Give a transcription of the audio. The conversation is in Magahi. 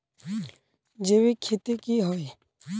जैविक खेती की होय?